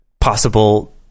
possible